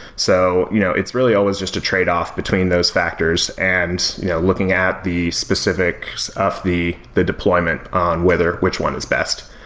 so you know it's really always just a tradeoff between those factors and looking at the specifics of the the deployment on whether which one is best.